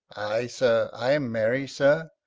ay, sir! i am merry, sir.